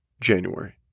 January